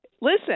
Listen